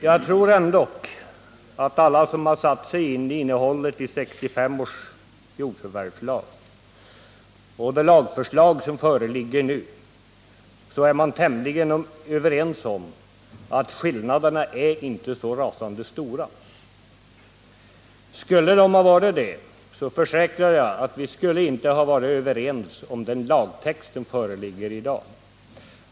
Jag tror ändå att alla som satt sig in i innehållet i 1965 års jordförvärvslag och det lagsförslag som nu föreligger kan vara tämligen eniga om att skillnaderna inte är så rasande stora. Skulle de ha varit det skulle vi inte —det försäkrar jag — ha varit överens om den lagtext som föreligger i dag.